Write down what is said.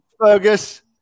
Fergus